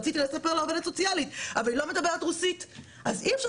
רציתי לספר לעו"סית אבל היא מדברת רוסית אז אי אפשר